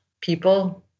people